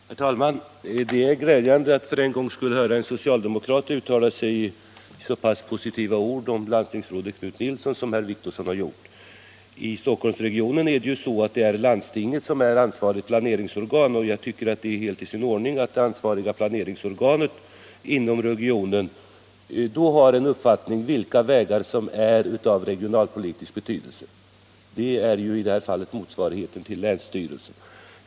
Herr talman! Det är glädjande att för en gångs skull höra en socialdemokrat uttala sig i så positiva ordalag om vad landstingsrådet Knut Nilsson har gjort. I Stockholmsregionen är det ju landstinget som är ansvarigt planeringsorgan. Jag tycker att det är helt i sin ordning att det ansvariga planeringsorganet inom regionen har en uppfattning om vilka vägar som är av regionalpolitisk betydelse. Det är i detta fall motsvarigheten till länsstyrelsen.